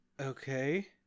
Okay